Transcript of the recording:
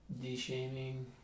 de-shaming